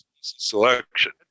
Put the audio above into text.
selection